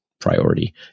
priority